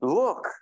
look